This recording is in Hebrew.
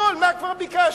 זה הכול, מה כבר ביקשנו?